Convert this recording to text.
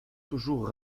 toujours